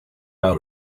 out